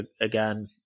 again